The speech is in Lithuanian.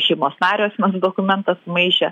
šeimos nario asmens dokumentą sumaišę